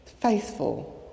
faithful